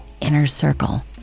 INNERCIRCLE